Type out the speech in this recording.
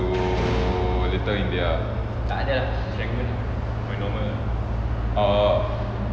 to little india ah orh